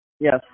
Yes